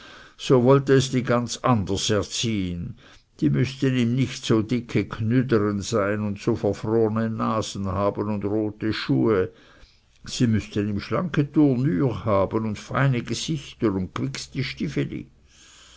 so wollte es die ganz anders erziehen sie müßten ihm nicht so dicke knüderen sein und so verfrorne nasen haben und rote schuhe sie müßten ihm schlanke tournure haben und feine gesichter und